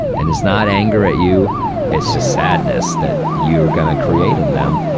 and it's not anger at you it's just sadness that you're gonna create in them.